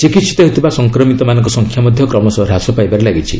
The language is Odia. ଚିକିିିିତ ହେଉଥିବା ସଂକ୍ରମିତମାନଙ୍କ ସଂଖ୍ୟା ମଧ୍ୟ କ୍ମଶଃ ହାସ ପାଇବାରେ ଲାଗିଛି